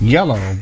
Yellow